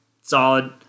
Solid